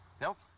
Nope